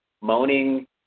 moaning